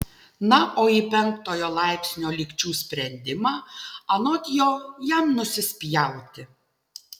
na o į penktojo laipsnio lygčių sprendimą anot jo jam nusispjauti